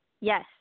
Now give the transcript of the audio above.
Yes